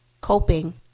coping